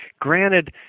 Granted